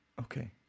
okay